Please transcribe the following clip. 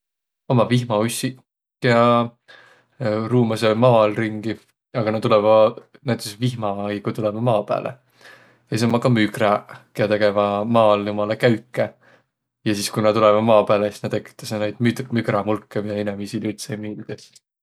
Ommaq vihmaussiq, kiä ruumasõq maa all ringi. Aga nä tulõvaq näütüses vihma aigu tulõvaq maa pääle. Ja sis ommaq ka mügräq, kiä tegeväq maa all umalõ käüke. Ja sis, ku nä tulõvaq maa pääle, sis nä tekitäseq noid mügrämulkõ, miä inemiisile üldse ei miildüq.